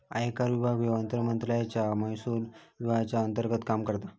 आयकर विभाग ह्यो अर्थमंत्रालयाच्या महसुल विभागाच्या अंतर्गत काम करता